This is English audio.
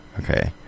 Okay